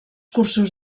cursos